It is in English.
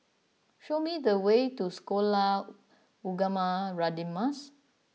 show me the way to Sekolah Ugama Radin Mas